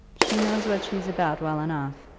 she knows what she's about well enough.